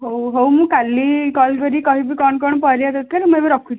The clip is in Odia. ହଉ ହଉ ମୁଁ କାଲି କଲ୍ କରି କହିବି କଣ କଣ ପରିବା ଦରକାରେ ମୁଁ ଏବେ ରଖୁଛି